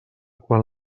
quan